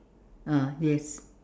ah yes